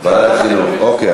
ועדת החינוך, אוקיי.